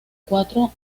cuatro